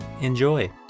Enjoy